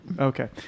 Okay